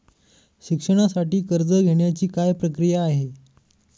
शिक्षणासाठी कर्ज घेण्याची काय प्रक्रिया आहे?